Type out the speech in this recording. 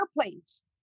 airplanes